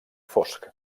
fosc